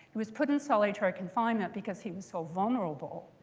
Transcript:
he was put in solitary confinement because he was so vulnerable.